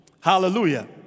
Hallelujah